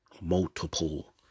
multiple